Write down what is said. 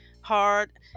hard